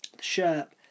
shirt